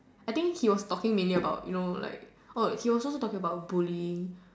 I think he was talking mainly about you know like oh he also talking about bullying